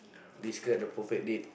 describe the perfect date